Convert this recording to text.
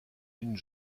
une